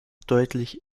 deutlich